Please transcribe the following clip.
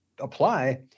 apply